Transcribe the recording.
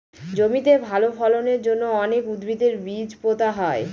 জমিতে ভালো ফলনের জন্য অনেক উদ্ভিদের বীজ পোতা হয়